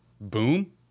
boom